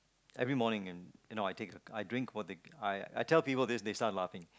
every morning in you know I take I drink for the I I tell people this they start laughing